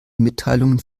mitteilungen